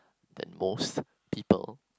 than most people